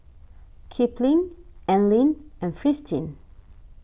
Kipling Anlene and Fristine